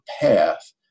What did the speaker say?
path